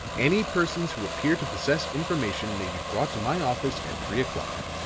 any persons who appear to possess information may be brought to my office at three o'clock.